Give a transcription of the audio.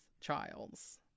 child's